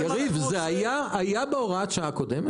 זה היה בהוראת שעה קודמת?